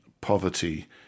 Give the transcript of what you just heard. poverty